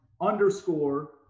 underscore